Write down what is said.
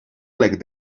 plec